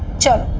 to